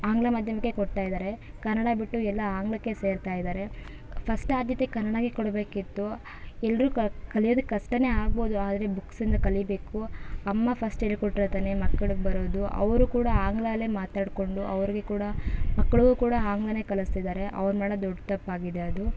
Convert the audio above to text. ಆಂಗ್ಲ ಮಾಧ್ಯಮಕ್ಕೆ ಕೊಡ್ತಾ ಇದ್ದಾರೆ ಕನ್ನಡ ಬಿಟ್ಟು ಎಲ್ಲ ಆಂಗ್ಲಕ್ಕೆ ಸೇರ್ತಾ ಇದ್ದಾರೆ ಫಸ್ಟ್ ಆದ್ಯತೆ ಕನ್ನಡಾಗೆ ಕೊಡಬೇಕಿತ್ತು ಎಲ್ಲರೂ ಕಲಿಯೋದಕ್ಕೆ ಕಷ್ಟನೇ ಆಗ್ಬೋದು ಆದರೆ ಬುಕ್ಸಿಂದ ಕಲೀಬೇಕು ಅಮ್ಮ ಫಸ್ಟ್ ಹೇಳಿಕೊಟ್ರೆ ತಾನೇ ಮಕ್ಳಿಗ್ ಬರೋದು ಅವರೂ ಕೂಡ ಆಂಗ್ಲ ಅಲ್ಲೇ ಮಾತಾಡಿಕೊಂಡು ಅವ್ರಿಗೆ ಕೂಡ ಮಕ್ಳಿಗೂ ಕೂಡ ಆಂಗ್ಲನೇ ಕಲಿಸ್ತಿದಾರೆ ಅವ್ರು ಮಾಡೋ ದೊಡ್ಡ ತಪ್ಪಾಗಿದೆ ಅದು